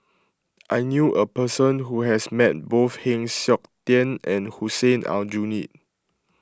I knew a person who has met both Heng Siok Tian and Hussein Aljunied